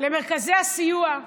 למרכזי הסיוע,